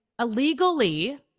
illegally